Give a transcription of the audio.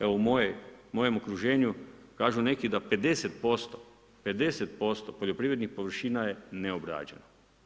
Evo, u mojem okruženju, kažu neki, da 50% poljoprivrednih površina je neobrađeni.